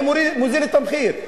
אני מוזיל את המחיר.